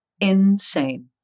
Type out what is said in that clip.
Insane